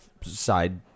side